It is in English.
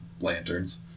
Lanterns